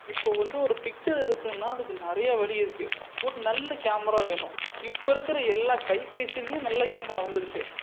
இப்போ வந்து ஒரு பிக்சர் எடுக்கணுன்னால் அதுக்கு நிறையா வழி இருக்குது ஒரு நல்ல கேமரா வேணும் இப்போ இருக்கிற எல்லா கைபேசிலேயும் நல்ல கேமரா வந்துருச்சு